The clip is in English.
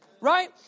right